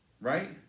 right